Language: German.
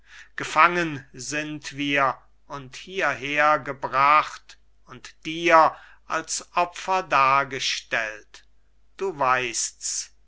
gefangen sind wir und hierher gebracht und dir als opfer dargestellt du weißt's